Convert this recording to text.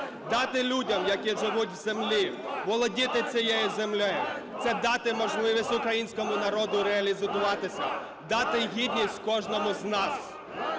дати людям, які живуть у землі, володіти цією землею, це дати можливість українському народу реалізуватися, дати гідність кожному з нас.